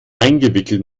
eingewickelt